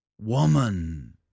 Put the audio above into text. Woman